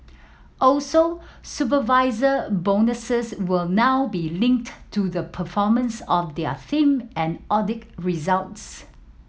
also supervisor bonuses will now be linked to the performance of their same and audit results